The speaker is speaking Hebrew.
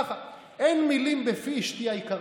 אין מילים בפי, אשתי היקרה,